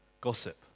gossip